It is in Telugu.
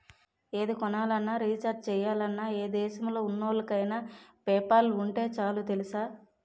ఏది కొనాలన్నా, రీచార్జి చెయ్యాలన్నా, ఏ దేశంలో ఉన్నోళ్ళకైన పేపాల్ ఉంటే చాలు తెలుసా?